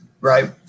Right